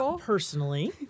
personally